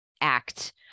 act